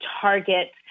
target